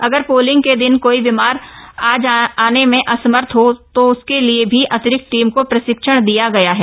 अगर पोलिंग के दिन कोई बीमार या आने में असमर्थ हो तो उसके लिए भी अतिरिक्त टीम को प्रशिक्षण दिया गया है